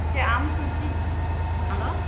ᱟᱢ ᱥᱚᱵᱡᱤ ᱦᱮᱞᱳ